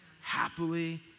happily